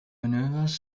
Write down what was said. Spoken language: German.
manövers